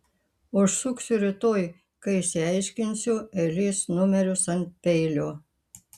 užsuksiu rytoj kai išsiaiškinsiu eilės numerius ant peilio